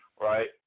right